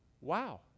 Wow